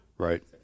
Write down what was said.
Right